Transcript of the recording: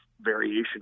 variation